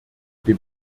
dem